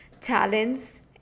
talents